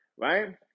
right